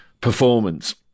performance